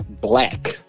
black